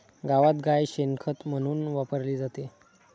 गावात गाय शेण खत म्हणून वापरली जाते